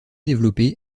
développés